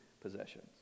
possessions